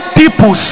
people